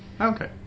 Okay